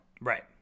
Right